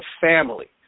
family